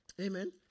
Amen